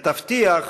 ולהבטיח